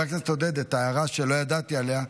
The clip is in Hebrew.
להערה שלא ידעתי עליה,